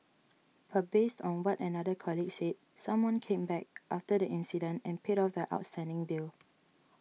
but based on what another colleague said someone came back after the incident and paid off the outstanding bill